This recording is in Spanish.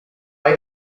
hay